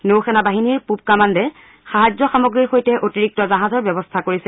নৌ সেনাবাহিনীৰ পূব কামাণ্ডে সাহায্য সামগ্ৰীৰ সৈতে অতিৰিক্ত জাহাজৰ ব্যৱস্থা কৰিছে